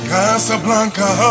Casablanca